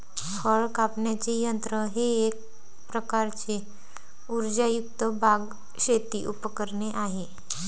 फळ कापण्याचे यंत्र हे एक प्रकारचे उर्जायुक्त बाग, शेती उपकरणे आहे